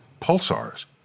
pulsars